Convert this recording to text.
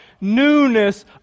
newness